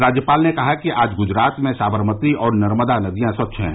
राज्यपाल ने कहा कि आज गुजरात में सादरमती और नर्मदा नदिया स्वच्छ हैं